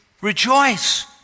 Rejoice